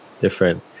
different